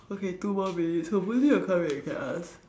okay two more minutes hopefully I'll come back we can ask